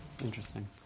Interesting